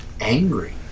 angry